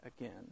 again